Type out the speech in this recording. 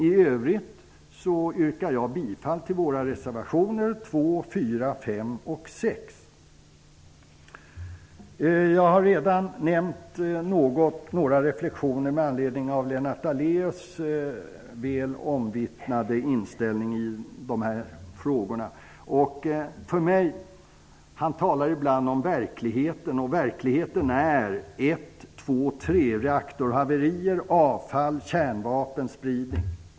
I övrigt yrkar jag bifall till våra reservationer 2, 4, Jag har redan nämnt några reflexioner med anledning av Lennart Daléus väl omvittnade inställning i dessa frågor. Han talar ibland om verkligheten. Verkligheten består av reaktorhaverier, avfall och kärnvapenspridning.